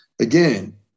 again